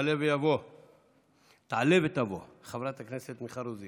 תעלה ותבוא חברת הכנסת מיכל רוזין.